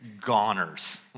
goners